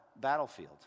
battlefield